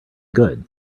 good